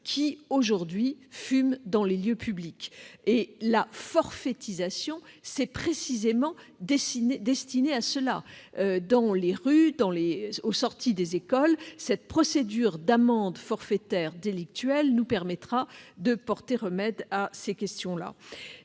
qui, aujourd'hui, fument dans les lieux publics. La forfaitisation est précisément destinée à cela : dans les rues, aux sorties des écoles, cette procédure d'amende forfaitaire délictuelle nous permettra de résoudre ce problème.